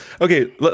Okay